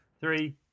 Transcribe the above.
Three